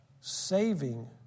saving